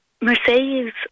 Mercedes